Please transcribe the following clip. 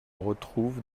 retrouve